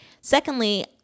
Secondly